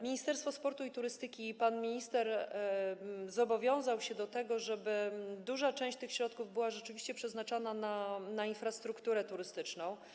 Ministerstwo Sportu i Turystyki, pan minister zobowiązał się do tego, żeby duża część tych środków była rzeczywiście przeznaczana na infrastrukturę turystyczną.